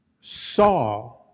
saw